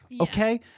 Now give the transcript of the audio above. Okay